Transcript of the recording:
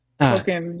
okay